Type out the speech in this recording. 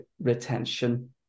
retention